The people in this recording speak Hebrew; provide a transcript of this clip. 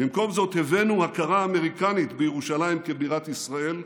במקום זאת הבאנו הכרה אמריקנית בירושלים כבירת ישראל,